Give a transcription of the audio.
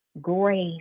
grace